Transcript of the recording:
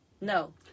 No